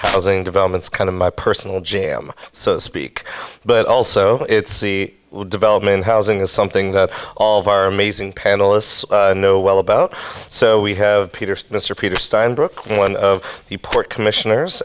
housing developments kind of my personal jam so to speak but also it's the development housing is something that all of our amazing panelists know well about so we have peter mr peter steinbrck one of the port commissioners